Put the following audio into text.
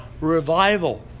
revival